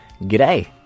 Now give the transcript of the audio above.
G'day